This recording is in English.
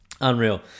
Unreal